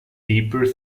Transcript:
deeper